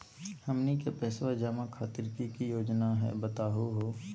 हमनी के पैसवा जमा खातीर की की योजना हई बतहु हो?